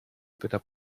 pyta